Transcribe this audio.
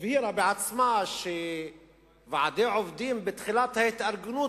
הבהירה בעצמה שוועדי עובדים בתחילת ההתארגנות,